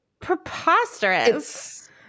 preposterous